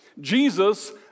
Jesus